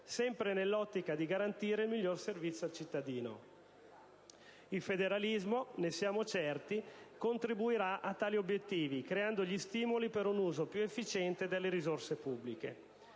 sempre nell'ottica di garantire il miglior servizio al cittadino. Il federalismo, ne siamo certi, contribuirà a tali obiettivi, creando gli stimoli per un uso più efficiente delle risorse pubbliche.